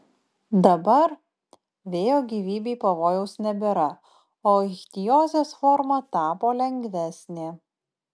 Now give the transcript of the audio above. dabar vėjo gyvybei pavojaus nebėra o ichtiozės forma tapo lengvesnė